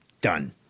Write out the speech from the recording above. Done